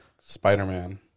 Spider-Man